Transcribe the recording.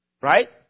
right